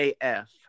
AF